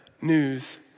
news